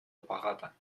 аппарата